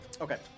Okay